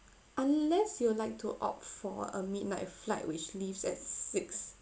unless you'd like to opt for a midnight flight which leaves at six